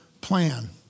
plan